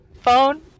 phone